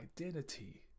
identity